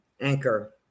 anchor